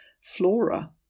flora